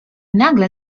nagle